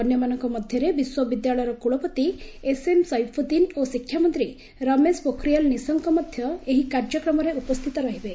ଅନ୍ୟମାନଙ୍କ ମଧ୍ୟରେ ବିଶ୍ୱବିଦ୍ୟାଳୟର କୁଳପତି ଏସ୍ଏମ୍ ସଇଫୁଦିନ୍ ଓ ଶିକ୍ଷାମନ୍ତ୍ରୀ ରମେଶ ପୋଖରିଆଲ ନିଶଙ୍କ ମଧ୍ୟ ଏହି କାର୍ଯ୍ୟକ୍ରମରେ ଉପସ୍ଥିତ ରହିବେ